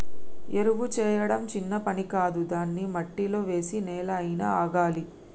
ఎరువు చేయడం చిన్న పని కాదు దాన్ని మట్టిలో వేసి నెల అయినా ఆగాలి